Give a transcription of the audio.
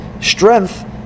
strength